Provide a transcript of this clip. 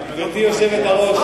גברתי היושבת-ראש.